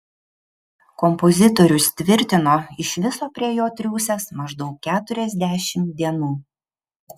kompozitorius tvirtino iš viso prie jo triūsęs maždaug keturiasdešimt dienų